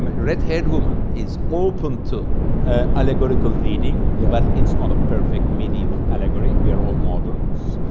um red-haired woman is open to ah allegorical reading but it's not a perfect medieval allegory, we are all moderns.